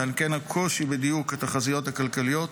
ועל כן הקושי בדיוק התחזיות הכלכליות